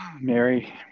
Mary